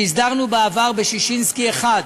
שהסדרנו בעבר בששינסקי 1,